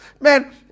man